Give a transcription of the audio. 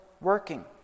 working